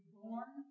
born